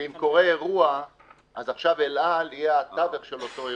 שאם קורה אירוע אז אל על היא התווך של אותו אירוע.